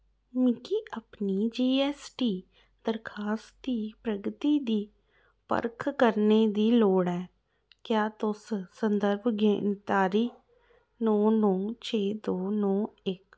मिगी अपनी G S T दरखास्ती प्रगती दी परख करने दी लोड़ ऐ क्या तुस संदर्भ गिनतरी नौ नौ छे दो नौ इक